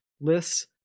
lists